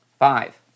Five